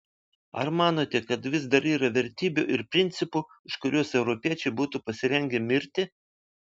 ar manote kad vis dar yra vertybių ir principų už kuriuos europiečiai būtų pasirengę mirti